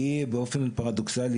אני באופן פרדוקסלי,